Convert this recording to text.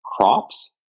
crops